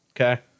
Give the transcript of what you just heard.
Okay